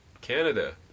Canada